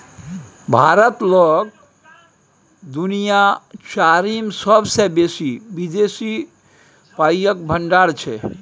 भारत लग दुनिया चारिम सेबसे बेसी विदेशी पाइक भंडार छै